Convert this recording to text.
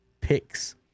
picks